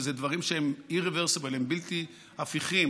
ואלה דברים שהם בלתי הפיכים.